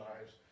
lives